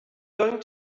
going